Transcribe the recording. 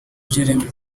jeremie